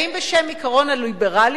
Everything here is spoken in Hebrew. ואם בשם עקרון הליברליות